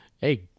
hey